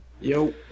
Yo